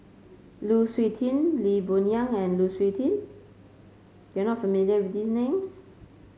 Lu Suitin Lee Boon Yang and Lu Suitin you are not familiar with these names